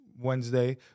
Wednesday